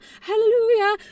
hallelujah